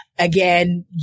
Again